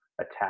attack